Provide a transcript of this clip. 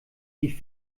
die